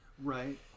Right